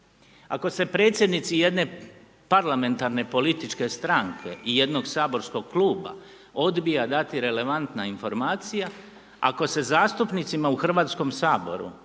Ako se predsjednici jedne parlamentarne političke stranke i jednog saborskog kluba odbija dati relevantna informacija, ako se zastupnicima u Hrvatskom saboru